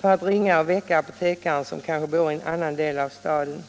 för att ringa och väcka apotekaren, som kanske bor i en annan del av staden.